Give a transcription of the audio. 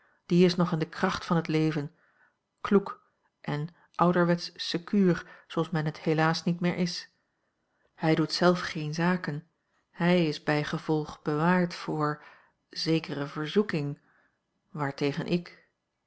die is nog in de kracht van het leven kloek en ouderwetsch secuur zooals men het helaas niet meer is hij doet zelf geene zaken hij is bijgevolg bewaard voor zekere verzoeking waartegen ik